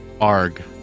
arg